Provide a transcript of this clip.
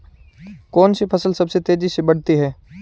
कौनसी फसल सबसे तेज़ी से बढ़ती है?